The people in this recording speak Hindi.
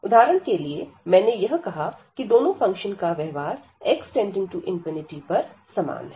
उदाहरण के लिए मैंने यह कहा कि दोनों फंक्शन का व्यवहार x→∞ पर समान है